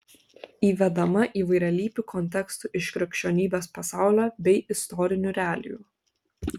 įvedama įvairialypių kontekstų iš krikščionybės pasaulio bei istorinių realijų